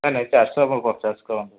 ନାହିଁ ନାହିଁ ଚାରିଶହ ପଚାଶ କରନ୍ତୁ